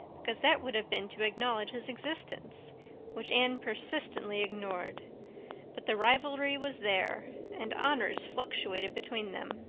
because that would have been to acknowledge his existence which anne persistently ignored but the rivalry was there and honors fluctuated between them.